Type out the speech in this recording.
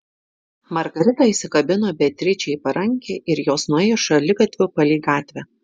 margarita įsikabino beatričei į parankę ir jos nuėjo šaligatviu palei gatvę